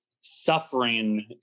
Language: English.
suffering